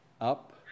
up